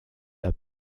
are